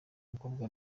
mukobwa